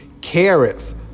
Carrots